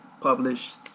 published